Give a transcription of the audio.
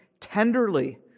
tenderly